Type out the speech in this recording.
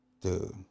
Dude